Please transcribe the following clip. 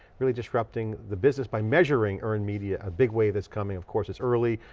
really disrupting the business by measuring earned media. a big wave that's coming. of course, it's early,